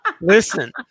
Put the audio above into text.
Listen